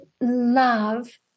love